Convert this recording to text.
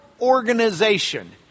organization